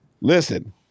listen